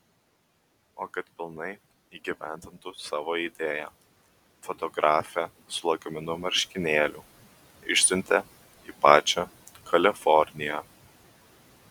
o kad pilnai įgyvendintų savo idėją fotografę su lagaminu marškinėlių išsiuntė į pačią kaliforniją